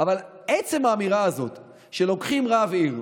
אבל עצם האמירה הזאת שלוקחים רב עיר,